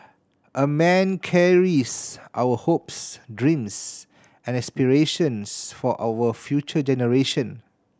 a man carries our hopes dreams and aspirations for our future generation